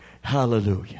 Hallelujah